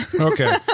Okay